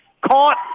caught